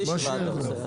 הישיבה נעולה?